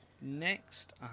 next